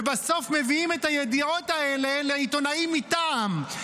ובסוף מביאים את הידיעות האלה לעיתונאים מטעם,